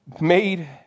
made